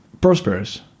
prosperous